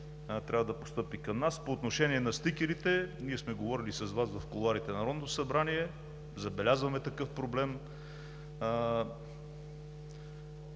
който да постъпи към нас. По отношение на стикерите ние сме говорили с Вас в кулоарите на Народното събрание – забелязваме такъв проблем.